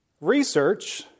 Research